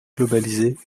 globalisées